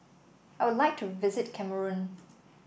I would like to visit Cameroon